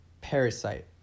Parasite